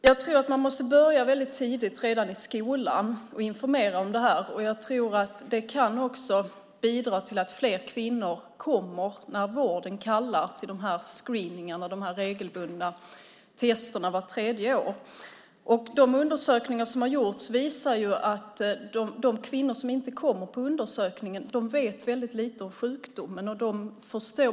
Jag tror att man måste börja väldigt tidigt, redan i skolan, med att informera om det här. Jag tror att det också kan bidra till att fler kvinnor kommer när vården kallar till de här screeningarna, de här regelbundna testerna vart tredje år. De undersökningar som har gjorts visar ju att de kvinnor som inte kommer till den här undersökningen vet väldigt lite om sjukdomen.